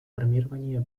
формированию